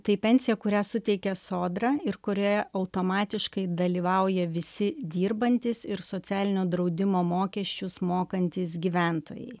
tai pensija kurią suteikia sodra ir kurioje automatiškai dalyvauja visi dirbantys ir socialinio draudimo mokesčius mokantys gyventojai